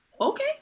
Okay